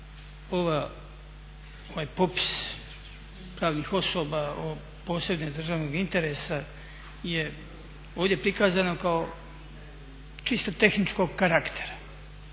ovaj popis pravnih osoba od posebnog državnog interesa je ovdje prikazano kao čisto tehničkog karaktera,